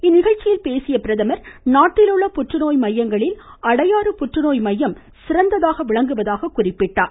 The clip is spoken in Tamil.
இந்நிகழ்ச்சியில் பேசிய பிரதமர் நாட்டில் உள்ள புற்றுநோய் மையங்களில் அடையாறு புற்றுநோய் மையம் சிறந்ததாக விளங்குவதாக குறிப்பிட்டார்